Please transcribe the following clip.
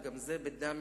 וגם זה בדם,